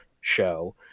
show